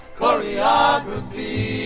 choreography